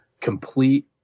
Complete